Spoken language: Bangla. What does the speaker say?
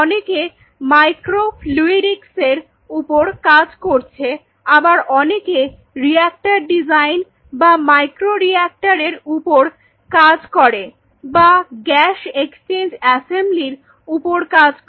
অনেকে মাইক্রো ফ্লুইডিকস এর উপর কাজ করছে আবার অনেকে রিঅ্যাক্টর ডিজাইন বা মাইক্রো রিঅ্যাক্টর এর উপর কাজ করে বা গ্যাস এক্সচেঞ্জ অ্যাসেমব্লির উপর কাজ করে